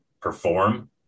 perform